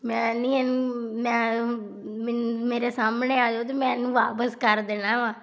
ਮੈਂ ਨਹੀਂ ਮੇਰੇ ਸਾਹਮਣੇ ਆ ਜਾਓ ਤਾਂ ਮੈਂ ਇਹਨੂੰ ਵਾਪਿਸ ਕਰ ਦੇਣਾ ਵਾ